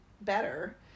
better